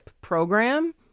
program